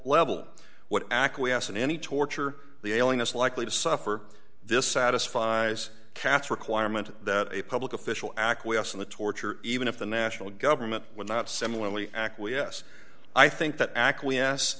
level what acquiesce in any torture the ailing us likely to suffer this satisfies cats requirement that a public official acquiesce in the torture even if the national government would not similarly acquiesce i think that acquiesce